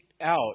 out